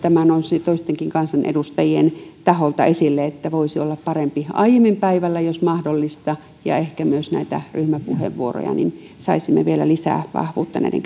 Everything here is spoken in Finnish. tämä nousi toistenkin kansanedustajien taholta esille että voisi olla parempi aiemmin päivällä jos mahdollista ja ehkä myös näitä ryhmäpuheenvuoroja niin saisimme vielä lisää vahvuutta näiden